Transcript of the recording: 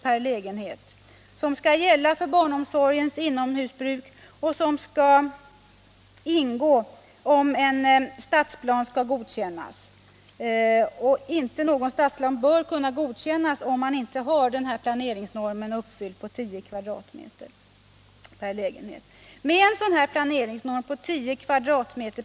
per lägenhet skall gälla för barnomsorgens inomhusbruk och att ingen stadsplan skall kunna godkännas utan att denna norm är uppfylld. Med en sådan planeringsnorm på 10 m?